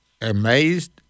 amazed—